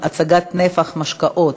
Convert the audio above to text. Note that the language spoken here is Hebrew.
הצגת נפח משקאות),